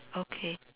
okay